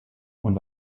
und